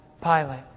pilot